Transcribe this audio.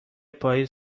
پاییز